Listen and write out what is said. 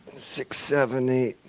six, seven, eight.